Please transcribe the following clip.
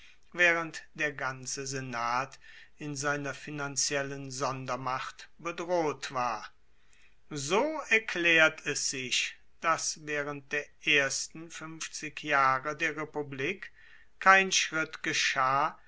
waehrend der ganze senat in seiner finanziellen sondermacht bedroht war so erklaert es sich dass waehrend der ersten fuenfzig jahre der republik kein schritt geschah